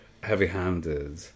heavy-handed